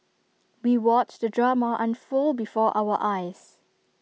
we watched the drama unfold before our eyes